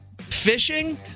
fishing